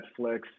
Netflix